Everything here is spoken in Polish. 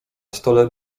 stole